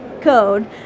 code